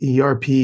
ERP